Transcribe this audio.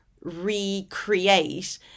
recreate